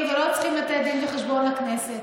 ולא צריכים לתת דין וחשבון לכנסת,